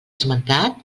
esmentat